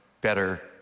better